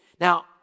Now